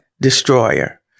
destroyer